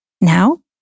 Now